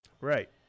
Right